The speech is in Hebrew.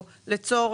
זה גם לבני זוג?